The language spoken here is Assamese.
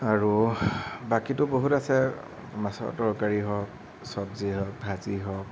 আৰু বাকীটো বহুত আছে মাছৰ তৰকাৰী হওক চব্জি হওক ভাজি হওক